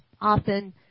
often